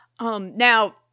Now